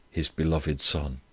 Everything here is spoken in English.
his beloved son.